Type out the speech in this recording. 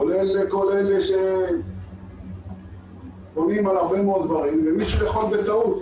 כולל כל אלה שפונים על הרבה מאוד דברים ומישהו יכול בטעות